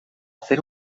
hacer